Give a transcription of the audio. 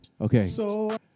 okay